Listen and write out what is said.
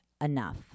enough